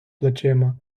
плечима